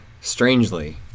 strangely